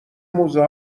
موزه